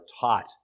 taught